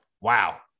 Wow